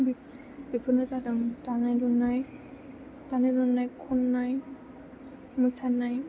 बेफोरनो जादों दानाय लुनाय खननाय मोसानाय